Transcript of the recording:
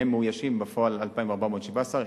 מהם מאוישים בפועל 2,417,